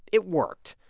it worked.